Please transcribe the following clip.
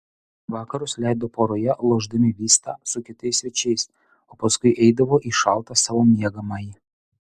vakarus leido poroje lošdami vistą su kitais svečiais o paskui eidavo į šaltą savo miegamąjį